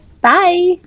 Bye